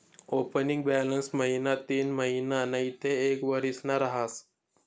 opening balance महिना तीनमहिना नैते एक वरीसना रहास